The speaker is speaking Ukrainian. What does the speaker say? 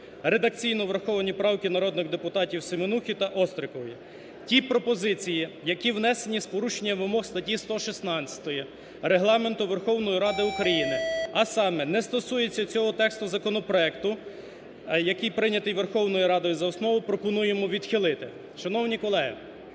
Редакційно враховані правки народних депутатів Семенухи та Острікової. Ті пропозиції, які внесені з порушенням вимог статті 116 Регламенту Верховної Ради України, а саме не стосується цього тексту законопроекту, який прийнятий Верховною Радою за основу, пропонуємо відхилити. Шановні колеги,